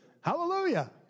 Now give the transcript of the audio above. Hallelujah